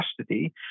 custody